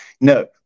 no